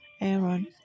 Aaron